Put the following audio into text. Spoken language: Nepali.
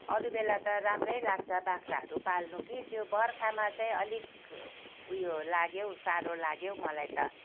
अरू बेला त राम्रै लाग्छ बाख्राहरू पाल्नु कि त्यो बर्खामा चाहिँ अलिक उयो लाग्यो हौ साह्रो लाग्यो हौ मलाई त